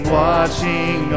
watching